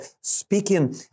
speaking